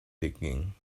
digging